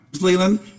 Leland